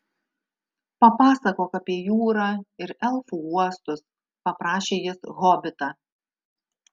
papasakok apie jūrą ir elfų uostus paprašė jis hobitą